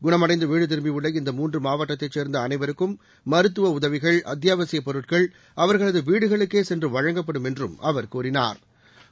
குணமடைந்து வீடு திரும்பியுள்ள இந்த மூன்று மாவட்டத்தை சேர்ந்த அனைவருக்கும் மருத்துவ உதவிகள் அத்தியாவசியப் பொருட்கள் அவா்களது வீடுகளுக்கே சென்று வழங்கப்படும் என்றும் அவா் கூறினா்